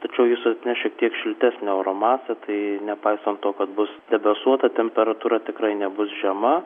tačiau jis atneš šiek tiek šiltesnę oro masę tai nepaisant to kad bus debesuota temperatūra tikrai nebus žema